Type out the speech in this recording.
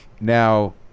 Now